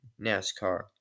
NASCAR